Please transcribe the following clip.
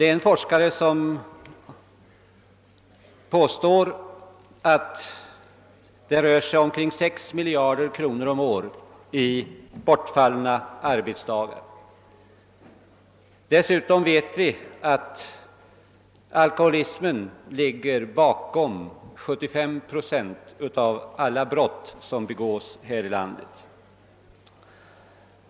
En forskare påstår att det rör sig om 6 miljarder kronor om året för bortfallna arbetsdagar. Dessutom vet vi att alkoholismen är orsak till 75 procent av alla brott som begås här i landet.